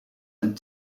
and